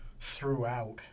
throughout